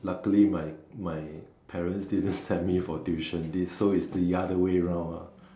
luckily my my parents didn't send me for tuition this so is the other way round lah